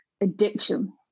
addiction